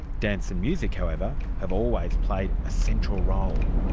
dance and music however have always played a central role.